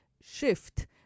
shift